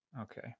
Okay